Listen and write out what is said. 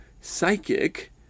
psychic